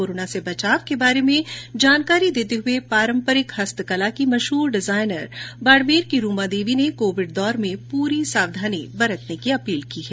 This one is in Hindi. कोरोना से बचाव के संबंध में जानकारी देते हुए पारम्परिक हस्तकला की मशहूर डिजाइनर बाड़मेर की रूमा देवी ने कोविड दौर में पूरी सावधानी बरतने की अपील की है